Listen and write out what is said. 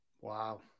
Wow